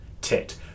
tit